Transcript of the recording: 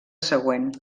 següent